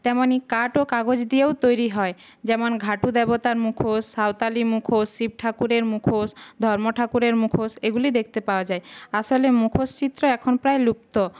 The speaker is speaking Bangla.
তেমনই কাঠ ও কাগজ দিয়েও তৈরি হয় যেমন ঘাটু দেবতার মুখোশ সাঁওতালি মুখোশ শিব ঠাকুরের মুখোশ ধর্ম ঠাকুরের মুখোশ এগুলি দেখতে পাওয়া যায় আসলে মুখোশ চিত্র এখন প্রায় লুপ্ত